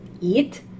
eat